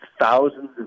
thousands